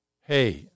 hey